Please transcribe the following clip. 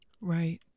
Right